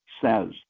says